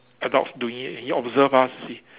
adults doing it and he observed us you see